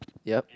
yup